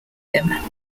him